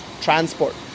transport